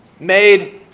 made